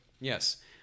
Yes